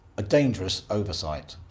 a dangerous oversight,